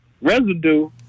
residue